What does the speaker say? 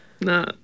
No